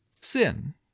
Sin